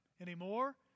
anymore